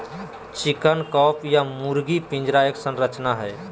chicken coop या मुर्गी पिंजरा एक संरचना हई,